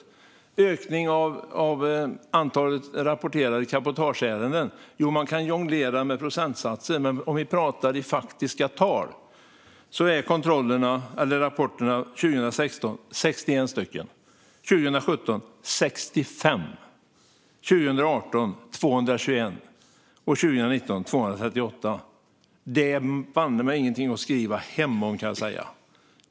När det gäller ökningen av antalet rapporterade cabotageärenden kan man jonglera med procentsatser, men om vi pratar i faktiska tal var det 61 rapporter 2016, 65 rapporter 2017, 221 rapporter 2018 och 238 rapporter 2019. Det är banne mig ingenting att skriva hem om, kan jag säga.